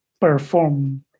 perform